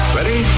Ready